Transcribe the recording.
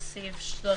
לפי סעיף --- בהחלט.